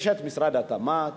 יש משרד התמ"ת,